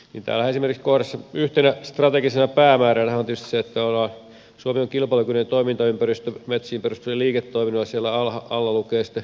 täällähän esimerkiksi yhtenä strategisena päämääränä on tietysti se että suomi on kilpailukykyinen toimintaympäristö metsiin perustuville liiketoiminnoille